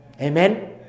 Amen